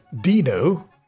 Dino